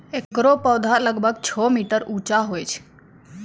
एकरो पौधा लगभग छो मीटर उच्चो होय छै